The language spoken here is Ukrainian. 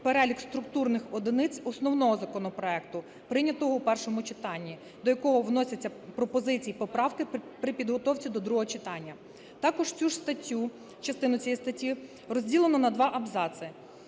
перелік структурних одиниць основного законопроекту прийнятого в першому читанні, до якого вносяться пропозиції і поправки при підготовці до другого читання. Також цю ж статтю, частину цієї статті розділено на 2 абзаци,